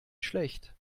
schlecht